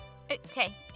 Okay